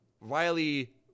Riley